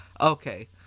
Okay